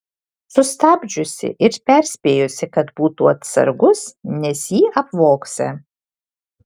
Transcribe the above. sustabdžiusi ir perspėjusi kad būtų atsargus nes jį apvogsią